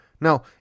Now